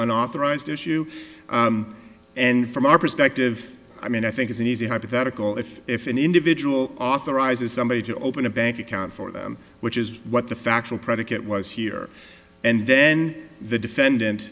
unauthorised issue and from our perspective i mean i think it's an easy hypothetical if if an individual authorizes somebody to open a bank account for them which is what the factual predicate was here and then the defendant